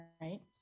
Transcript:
right